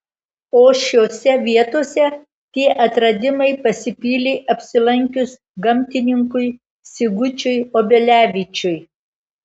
o šiose vietose tie atradimai pasipylė apsilankius gamtininkui sigučiui obelevičiui